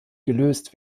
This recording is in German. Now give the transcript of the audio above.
gelöst